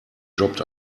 jobbt